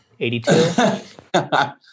82